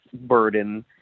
burden